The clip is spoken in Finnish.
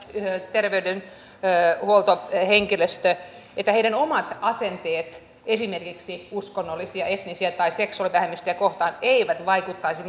terveydenhuoltohenkilöstön omat asenteet esimerkiksi uskonnollisia etnisiä tai seksuaalivähemmistöjä kohtaan eivät vaikuttaisi